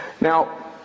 now